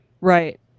Right